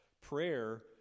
Prayer